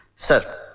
sir.